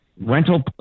rental